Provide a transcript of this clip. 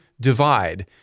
divide